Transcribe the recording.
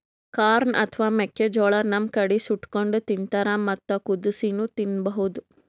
corn ಅಥವಾ ಮೆಕ್ಕಿಜೋಳಾ ನಮ್ ಕಡಿ ಸುಟ್ಟಕೊಂಡ್ ತಿಂತಾರ್ ಮತ್ತ್ ಕುದಸಿನೂ ತಿನ್ಬಹುದ್